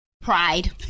Pride